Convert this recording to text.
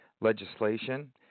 legislation